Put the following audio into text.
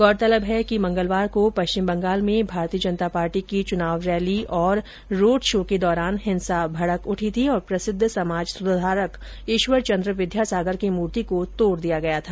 गौरतलब है कि मंगलवार को पश्चिम बंगाल में भारतीय जनता पार्टी की चुनाव रैली और रोड शो के दौरान हिंसा भडक उठी थी और प्रसिद्व समाज सुधारक ईश्वर चन्द्र विद्यासागर की मूर्ति को तोड दिया गया था